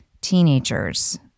teenagers